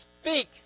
speak